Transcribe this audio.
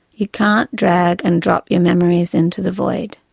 you can't drag and drop your memories into the void.